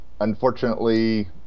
unfortunately